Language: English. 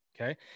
Okay